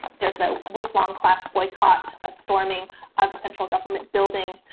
there's a week long class boycott of storming of a central government building.